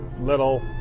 little